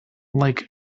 like